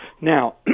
Now